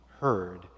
heard